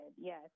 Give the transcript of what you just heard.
yes